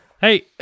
Hey